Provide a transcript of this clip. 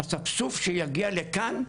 אספסוף שיגיע לכאן,